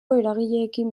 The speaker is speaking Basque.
eragileekin